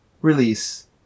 release